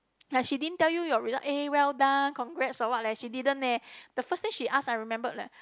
like she didn't tell you your results eh well done congrats or what leh she didn't leh the first thing she ask I remembered leh